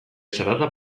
zarata